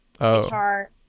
guitar